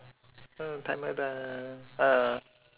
oh timer done ah